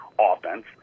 offense